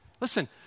Listen